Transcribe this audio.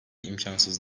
imkansız